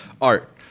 Art